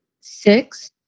six